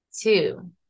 two